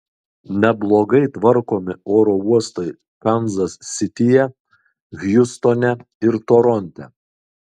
neblogai tvarkomi oro uostai kanzas sityje hjustone ir toronte